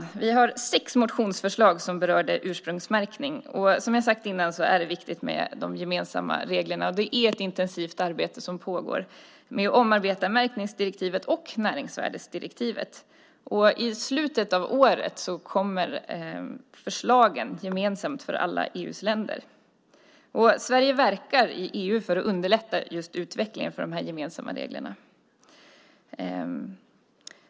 Utskottet har behandlat sex motionsförslag som berör ursprungsmärkning. Som jag sade tidigare är det viktigt med gemensamma regler, och ett intensivt arbete pågår också med att omarbeta märkningsdirektivet och näringsvärdesdirektivet. I slutet av året kommer förslagen gemensamt för alla EU:s länder. Sverige verkar i EU för att underlätta utvecklingen av gemensamma regler.